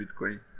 Bitcoin